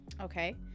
Okay